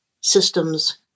systems